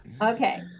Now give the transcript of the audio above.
Okay